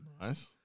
nice